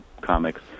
comics